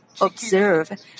observe